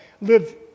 live